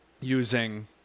Using